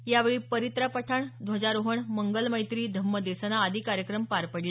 यावेळी परित्राणपाठ ध्वजारोहण मंगलमैत्री धम्मदेसना आदी कार्यक्रम पार पडले